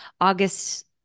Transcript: August